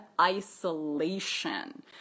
isolation